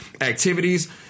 activities